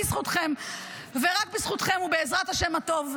בזכותכם ורק בזכותכם ובעזרת השם הטוב,